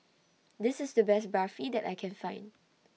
This IS The Best Barfi that I Can Find